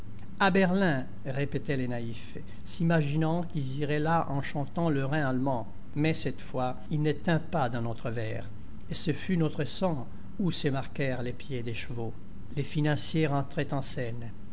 berlin répétaient les naïfs s'imaginant qu'ils iraient là en chantant le rhin allemand mais cette fois il ne tint pas dans notre verre et ce fut notre sang où se marquèrent les pieds des chevaux les financiers rentraient en scène